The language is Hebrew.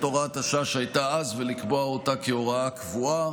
הוראת השעה שהייתה אז ולקבוע אותה כהוראה קבועה,